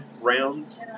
rounds